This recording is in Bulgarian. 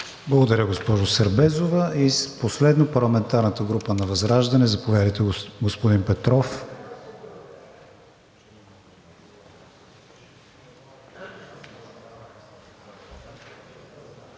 Благодаря, госпожо Сербезова. Последно, парламентарната група на ВЪЗРАЖДАНЕ. Заповядайте, господин Петров.